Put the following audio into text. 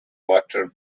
water